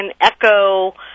echo